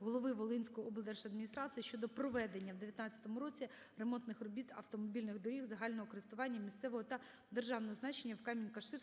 голови Волинської облдержадміністрації щодо проведення у 19-му році ремонтних робіт автомобільних доріг загального користування місцевого та державного значення у Камінь-Каширському,